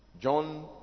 John